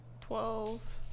twelve